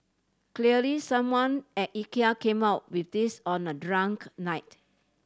clearly someone at Ikea came out with this on a drunk night